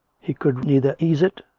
he could neither eas'e it,